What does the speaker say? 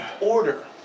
order